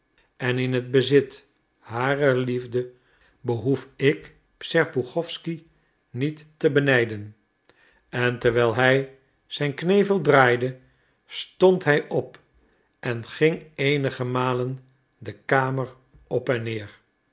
en in het bezit harer liefde behoef ik serpuchowsky niet te benijden en terwijl hij zijn knevel draaide stond hij op en ging eenige malen de kamer op en neer